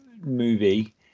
movie